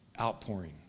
Outpouring